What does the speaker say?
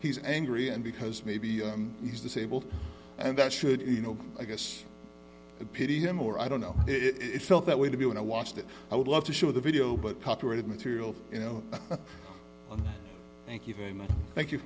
he's angry and because maybe he's disabled and that should you know i guess pity him or i don't know it felt that way to be when i watched it i would love to show the video but copyrighted material you know thank you